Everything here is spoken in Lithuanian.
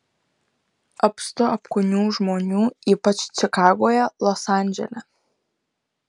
apstu apkūnių žmonių ypač čikagoje los andžele